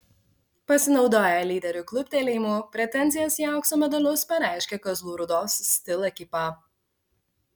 pasinaudoję lyderių kluptelėjimu pretenzijas į aukso medalius pareiškė kazlų rūdos stihl ekipa